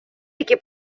які